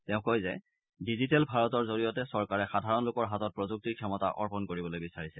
তেওঁ কয় যে ডিজিটেল ভাৰতৰ জৰিয়তে চৰকাৰে সাধাৰণ লোকৰ হাতত প্ৰযুক্তিৰ ক্ষমতা অৰ্পণ কৰিবলৈ বিচাৰিছে